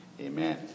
Amen